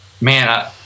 man